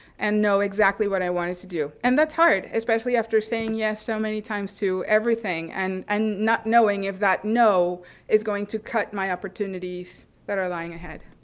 and know exactly what i wanted to do. and that's hard, especially after saying yes so many times to everything, and and not knowing if that no is going to cut my opportunities that are lying ahead.